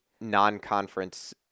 non-conference